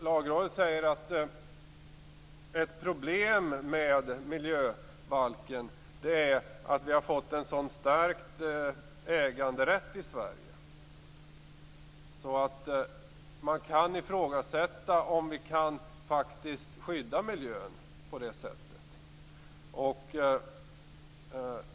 Lagrådet säger att ett problem med miljöbalken är att vi har fått en så stark äganderätt i Sverige att det kan ifrågasättas om vi kan skydda miljön.